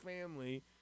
family